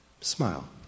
smile